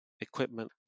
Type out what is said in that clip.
equipment